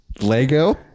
lego